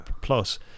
plus